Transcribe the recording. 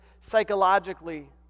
psychologically